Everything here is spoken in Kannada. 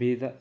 ಬೀದರ್